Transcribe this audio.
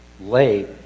late